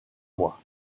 mois